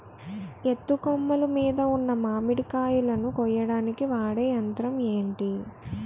ఎత్తు కొమ్మలు మీద ఉన్న మామిడికాయలును కోయడానికి వాడే యంత్రం ఎంటి?